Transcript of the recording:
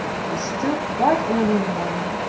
it was still quite early in the morning,